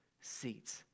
seats